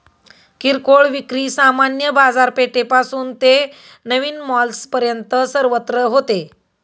किरकोळ विक्री सामान्य बाजारपेठेपासून ते नवीन मॉल्सपर्यंत सर्वत्र होते